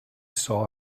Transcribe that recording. saw